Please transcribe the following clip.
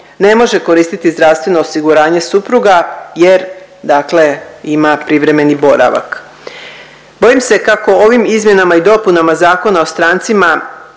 ne može koristiti zdravstveno osiguranje supruga jer dakle ima privremeni boravak. Bojim se kako ovim izmjenama i dopunama Zakona o strancima